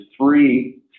three